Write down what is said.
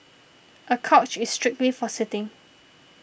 a couch is strictly for sitting